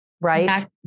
Right